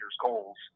goals